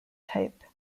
type